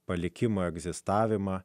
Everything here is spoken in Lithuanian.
palikimą egzistavimą